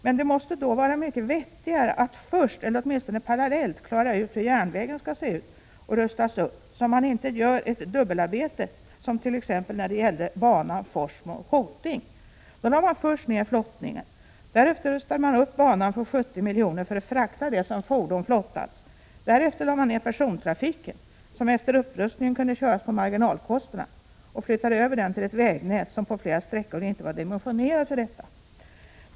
Men det måste då vara mycket vettigare att först, eller åtminstone parallellt, klara ut hur järnvägen skall se ut och rustas upp, så att man inte gör ett dubbelarbete som när det gällde banan Forsmo—Hoting. Först lade man ner flottningen, därefter rustade man upp banan för 70 milj.kr. för att frakta det som fordom flottats. Därefter lade man ner persontrafiken, som efter upprustningen kunde köras på marginalkostnaderna och flyttade över denna till ett vägnät som på flera sträckor inte var dimensionerat för detta.